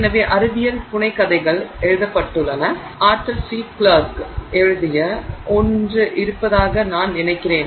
எனவே அறிவியல் புனைகதைகள் எழுதப்பட்டுள்ளன ஆர்தர் சி கிளார்க் எழுதிய ஒன்று இருப்பதாக நான் நினைக்கிறேன்